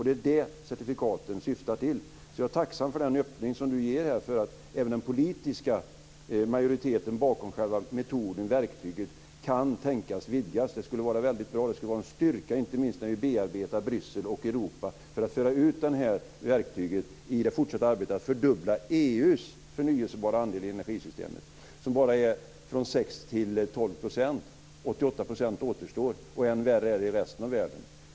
Det är det som certifikaten syftar till. Jag är tacksam för den öppning som Inger Strömbom ger här för att den politiska majoriteten bakom själva metoden, verktyget, kan tänkas vidgas. Det skulle vara väldigt bra. Det skulle vara en styrka, inte minst när vi bearbetar Bryssel och Europa, att föra ut det här verktyget i det fortsatta arbetet med att fördubbla EU:s förnyelsebara andel i energisystemet, som bara är 6-12 %. 88 % återstår. Än värre är det i resten av världen.